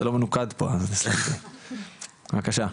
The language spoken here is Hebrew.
בבקשה.